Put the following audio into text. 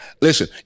listen